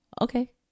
Okay